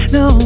no